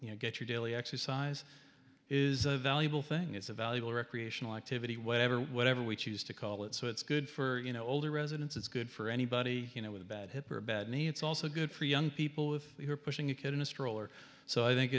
you know get your daily exercise is a valuable thing it's a valuable recreational activity whatever whatever we choose to call it so it's good for you know older residents it's good for anybody you know with a bad hip or a bad knee it's also good for young people if you're pushing you get in a stroller so i think